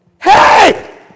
Hey